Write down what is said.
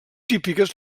típiques